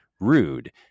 rude